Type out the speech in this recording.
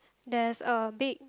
there's a big